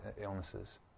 illnesses